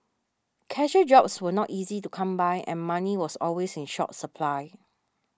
casual jobs were not easy to come by and money was always in short supply